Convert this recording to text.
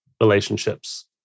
relationships